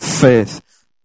faith